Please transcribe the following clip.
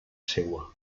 seua